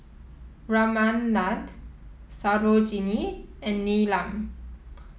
Ramanand Sarojini and Neelam